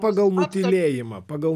paga nutylėjimą pagal